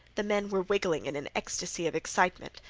the men were wiggling in an ecstasy of excitement.